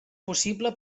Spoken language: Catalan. possible